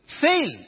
fail